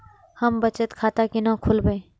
हम बचत खाता केना खोलैब?